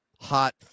hot